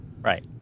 Right